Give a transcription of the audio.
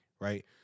right